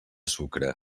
sucre